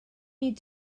need